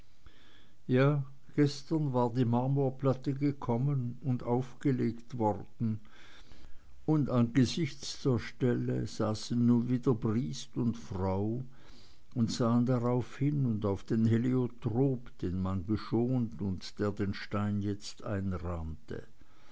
ja gestern war die marmorplatte gekommen und aufgelegt worden und angesichts der stelle saßen nun wieder briest und frau und sahen darauf hin und auf den heliotrop den man geschont und der den stein jetzt